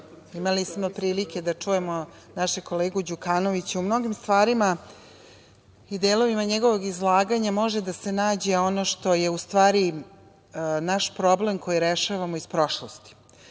imali smo prilike da čujemo našeg kolegu Đukanovića. U mnogim stvarima i delovima njegovog izlaganja može da se nađe ono što je u stvari naš problem koji rešavamo iz prošlosti. Ta